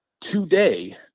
today